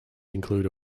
include